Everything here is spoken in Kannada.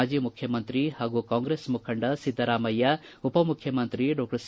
ಮಾಜಿ ಮುಖ್ಯಮಂತ್ರಿ ಪಾಗೂ ಕಾಂಗ್ರೆಸ್ ಮುಖಂಡ ಸಿದ್ದರಾಮಯ್ಯ ಉಪಮುಖ್ಯಮಂತ್ರಿ ಸಿ